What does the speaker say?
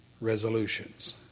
resolutions